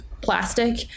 plastic